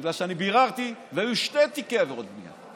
בגלל שאני ביררתי, והיו שני תיקי עבירות בנייה.